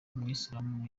umuyisilamu